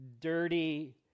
dirty